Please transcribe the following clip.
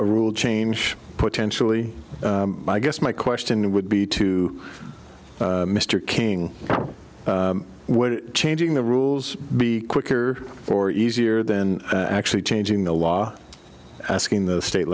a rule change potentially i guess my question would be to mr king would changing the rules be quicker or easier than actually changing the law asking the state